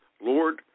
Lord